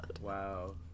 wow